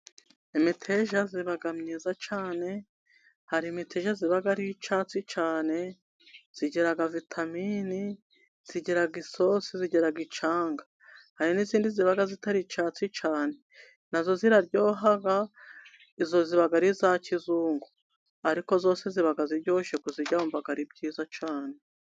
Imiteja iba myiza cyane, hari imiteja iba ari icyatsi cyane, igira vitamini, igira isosi, igira icryanga. Hari n'indi iba itari icyatsi cyane. Nayo iraryoha, iyo iba ari iya kizungu. Ariko yose iba ziryoshye kuyirya wumva ari byiza cyane.